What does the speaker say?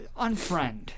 unfriend